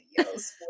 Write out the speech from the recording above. videos